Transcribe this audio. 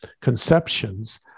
conceptions